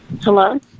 Hello